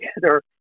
together